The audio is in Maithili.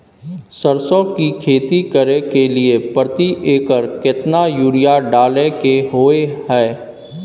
सरसो की खेती करे के लिये प्रति एकर केतना यूरिया डालय के होय हय?